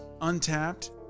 Untapped